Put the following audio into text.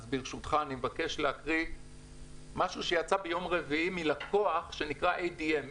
אני מבקש ברשותך להקריא משהו שיצא ביום רביעי מלקוח שנקרא ADM,